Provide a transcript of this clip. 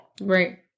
Right